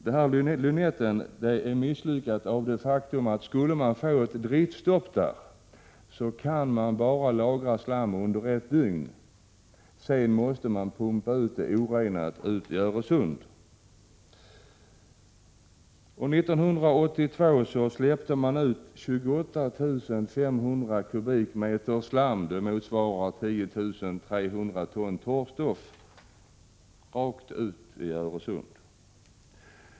Reningsverket Lynetten är misslyckat av det skälet att skulle det uppstå ett driftstopp där, kan man bara lagra slam under ett dygn. Sedan måste man pumpa ut avloppsvattnet orenat i Öresund. 1982 släppte man ut 28 500 kubikmeter slam — det motsvarar 10 300 ton torrstoff — rakt ut i Öresund.